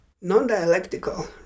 non-dialectical